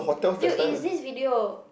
you is this video